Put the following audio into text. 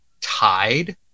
tied